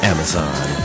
Amazon